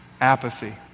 Apathy